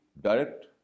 direct